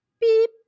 beep